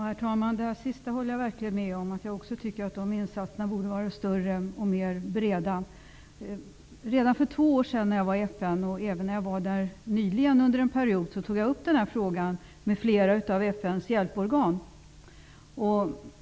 Herr talman! Det senaste håller jag verkligen med om. Jag tycker också att insatserna borde vara större och bredare. Redan för två år sedan när jag var i FN, och även när jag var där nyligen under en period, tog jag upp den här frågan med flera av FN:s hjälporgan.